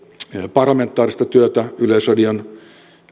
parlamentaarista työtä yleisradion